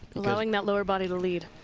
allowing that lower body to lead.